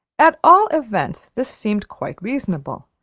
at all events this seemed quite reasonable,